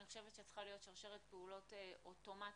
אני חושבת שצריכה להיות שרשרת פעולות אוטומטית